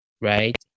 right